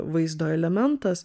vaizdo elementas